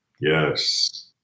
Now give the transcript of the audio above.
Yes